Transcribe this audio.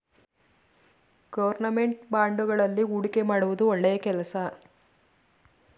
government ಬಾಂಡುಗಳಲ್ಲಿ ಹೂಡಿಕೆ ಮಾಡುವುದು ಒಳ್ಳೆಯ ಕೆಲಸ